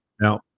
Now